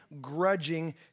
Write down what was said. grudging